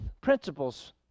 principles